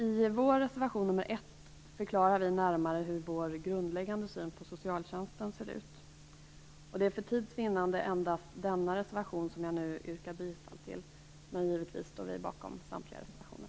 I vår reservation nr 1 förklarar vi närmare hur vår grundläggande syn på socialtjänsten ser ut. För tids vinnande yrkar jag bifall endast till den reservationen, men vi står givetvis bakom samtliga våra reservationer.